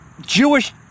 Jewish